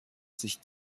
sich